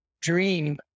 dream